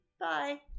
Bye